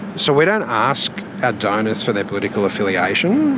so we don't ask our donors for their political affiliation.